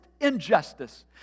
Injustice